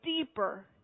deeper